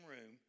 room